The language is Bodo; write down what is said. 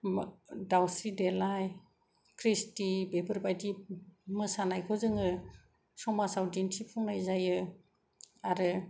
दाउस्रि देलाय ख्रिसथि बेफोरबादि मोसानायखौ जोङो समाजाव दिनथिफुंनाय जायो आरो